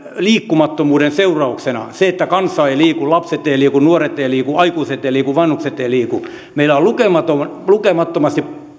liikkumattomuuden seurauksena koska kansa ei liiku lapset eivät liiku nuoret eivät liiku aikuiset eivät liiku vanhukset eivät liiku meillä on lukemattomasti lukemattomasti